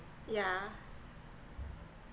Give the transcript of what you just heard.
yeah